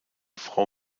frau